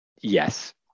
yes